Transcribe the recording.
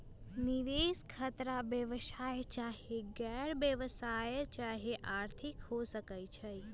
निवेश खतरा व्यवसाय चाहे गैर व्यवसाया चाहे आर्थिक हो सकइ छइ